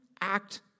act